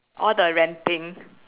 all the ranting